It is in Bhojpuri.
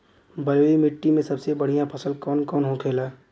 बलुई मिट्टी में सबसे बढ़ियां फसल कौन कौन होखेला?